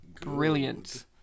Brilliant